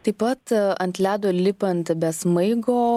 taip pat ant ledo lipant be smaigo